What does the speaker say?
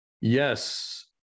Yes